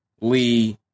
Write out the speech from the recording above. Lee